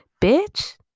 bitch